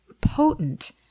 potent